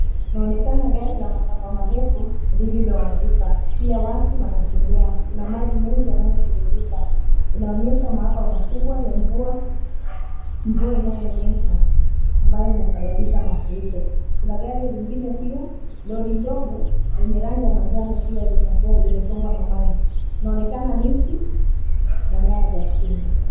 Kunaonekana gari la masafa marefu lililoanguka, pia watu wanatembea. Kuna maji mengi yanayotiririka, inaonyesha maafa makubwa ya mvua inayonyesha ambayo inasababisha mafuriko. Kuna gari lingine pia, lori ndogo yenye rangi ya manjano pia limesombwa na maji. Kunaonekana miti na nyaya za stima.